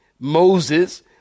Moses